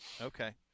Okay